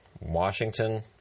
Washington